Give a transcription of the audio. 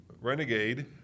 Renegade